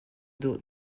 duh